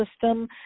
system